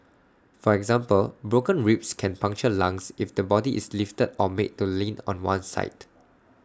for example broken ribs can puncture lungs if the body is lifted or made to lean on one side